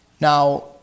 Now